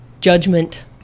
judgment